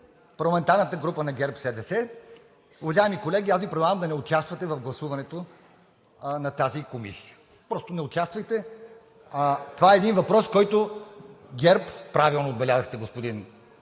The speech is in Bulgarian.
парламентарната група на ГЕРБ-СДС. Уважаеми колеги, аз Ви предлагам да не участвате в гласуването на тази комисия, просто не участвайте. А това е един въпрос, на който ГЕРБ – правилно отбелязахте, господин